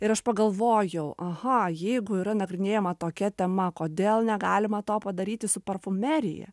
ir aš pagalvojau aha jeigu yra nagrinėjama tokia tema kodėl negalima to padaryti su parfumerija